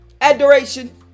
adoration